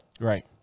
Right